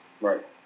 Right